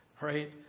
Right